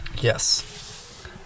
Yes